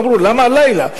אמרו: למה הלילה?